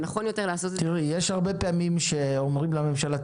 יש הרבה פעמים שאומרים לממשלה,